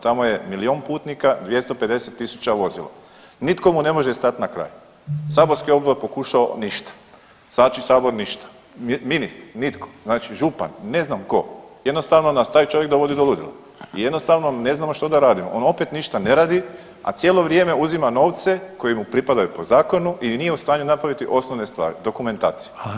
Tamo je milijun putnika i 250.000 vozila, nitko mu ne može stat na kraj, saborski odbor je pokušao ništa, znači sabor ništa, ministri nitko, znači župan, ne znam tko, jednostavno nas taj čovjek dovodi do ludila i jednostavno ne znamo što da radimo, on opet ništa ne radi, a cijelo vrijeme uzima novce koji mu pripadaju po zakonu i nije u stanju napraviti osnovne stvari, dokumentaciju.